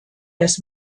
des